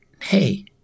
hey